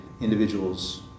individuals